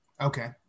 Okay